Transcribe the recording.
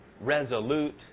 resolute